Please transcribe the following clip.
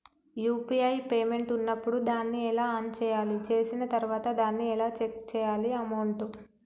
UPI payment ఉన్నప్పుడు దాన్ని ఎలా ఆన్ చేయాలి? చేసిన తర్వాత దాన్ని ఎలా చెక్ చేయాలి అమౌంట్?